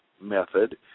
method